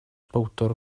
bowdr